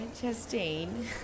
Justine